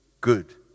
good